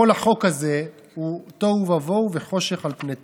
כל החוק הזה הוא תוהו ובוהו וחושך על פני תהום.